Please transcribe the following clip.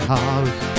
house